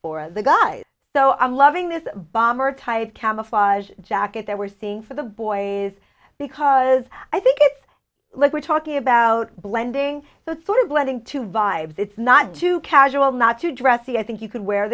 for the guys so i'm loving this bomber type camouflage jacket that we're seeing for the boys because i think it's like we're talking about blending so it's sort of blending two vibes it's not too casual not to dress the i think you could wear